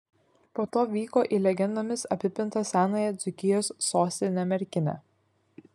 po to vyko į legendomis apipintą senąją dzūkijos sostinę merkinę